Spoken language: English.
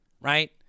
right